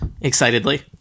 Excitedly